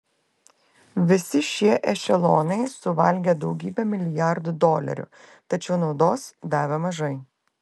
visi šie ešelonai suvalgė daugybę milijardų dolerių tačiau naudos davė mažai